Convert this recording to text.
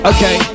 Okay